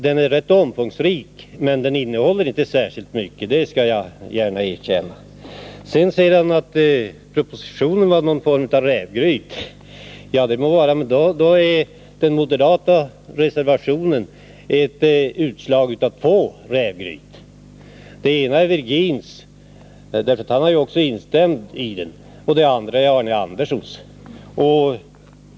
Den är ganska omfångsrik, men den innehåller inte särskilt mycket — det skall jag gärna erkänna. Arne Andersson sade vidare att propositionen har ett rävgryts egenskaper. I så fall ger den moderata reservationen intryck av att utgöra två rävgryt. Det ena är Jan-Eric Virgins. Han har ju också instämt i reservationen. Det andra är Arne Anderssons.